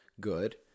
good